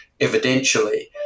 evidentially